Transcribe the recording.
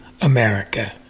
America